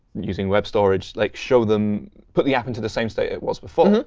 using web storage, like show them put the app into the same state it was before.